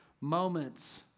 moments